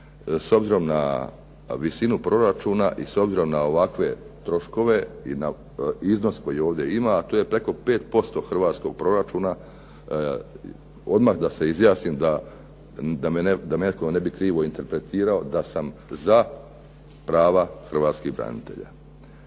s obzirom na visinu proračuna i s obzirom na ovakve troškove i na iznos koji ovdje ima, a to je preko 5% hrvatskog proračuna. Odmah da se izjasnim da me netko ne bi krivo interpretirao da sam za prava hrvatskih branitelja.